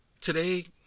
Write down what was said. today